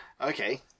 okay